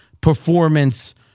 performance